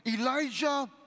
Elijah